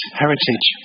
heritage